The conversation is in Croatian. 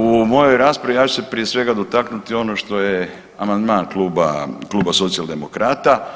U mojoj raspravi ja ću se prije svega dotaknuti ono što je amandman Kluba Socijaldemokrata